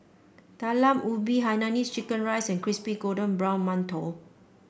Talam Ubi Hainanese Chicken Rice and Crispy Golden Brown Mantou